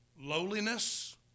lowliness